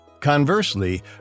Conversely